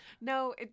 No